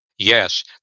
Yes